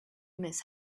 miss